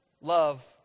love